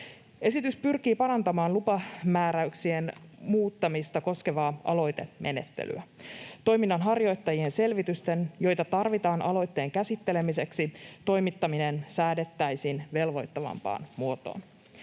Esitys pyrkii parantamaan lupamääräyksien muuttamista koskevaa aloitemenettelyä. Toiminnanharjoittajien selvitysten, joita tarvitaan aloitteen käsittelemiseksi, toimittaminen säädettäisiin velvoittavampaan muotoon.